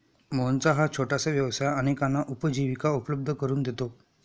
मोहनचा हा छोटासा व्यवसाय अनेकांना उपजीविका उपलब्ध करून देतो